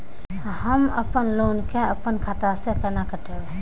हम अपन लोन के अपन खाता से केना कटायब?